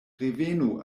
revenu